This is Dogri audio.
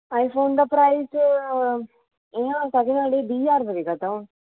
आईफोन दी प्राइस इ'यां सैकन हैंड एह् बीह् ज्हार दा बिकै दा हून